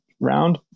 round